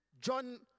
John